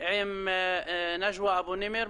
עם נג'ואה אבו נימר,